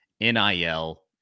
NIL